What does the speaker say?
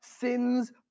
sins